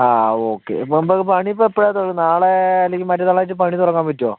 ആ ഓക്കെ അപ്പോൾ നമുക്ക് പണിയിപ്പോൾ എപ്പോഴാണ് തുടങ്ങുന്നത് നാളേ അല്ലെങ്കിൽ മറ്റന്നാളായിട്ട് പണി തുടങ്ങാൻ പറ്റുമോ